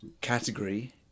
category